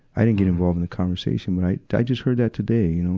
i didn't get involved in the conversation, but i i just heard that today, you know.